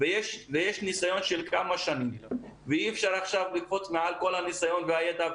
ויש ניסיון של כמה שנים ואי-אפשר לקפוץ מעל כל הניסיון והידע,